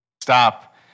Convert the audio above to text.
Stop